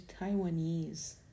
Taiwanese